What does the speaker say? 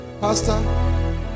Pastor